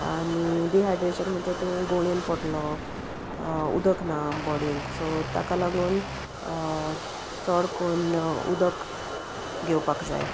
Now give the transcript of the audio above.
आनी डिहायड्रेशन म्हणजे तूं गुवोळ येवून पोडटोलो उदक ना बॉडींत सो ताका लागून चड कोन्न उदक घेवपाक जाय